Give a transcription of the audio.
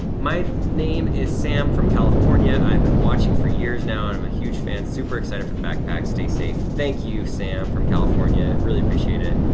my name is sam from california. i've been watching for years now and i'm a huge fan. super excited for the backpack, stay safe. thank you, sam from california. really appreciate it.